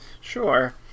Sure